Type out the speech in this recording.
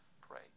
Pray